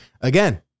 Again